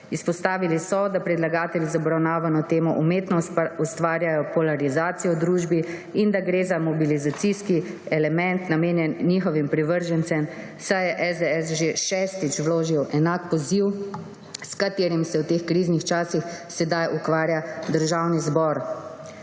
Izpostavili so, da predlagatelji z obravnavano temo umetno ustvarjajo polarizacijo v družbi in da gre za mobilizacijski element, namenjen njihovim privržencem, saj je SDS že šestič vložil enak poziv, s katerim se v teh kriznih časih sedaj ukvarja Državni zbor.